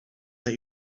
that